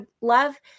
love